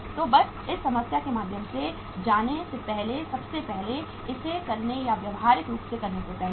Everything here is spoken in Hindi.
तो बस इस समस्या के माध्यम से जाने से पहले सबसे पहले इसे करने या व्यावहारिक रूप से करने से पहले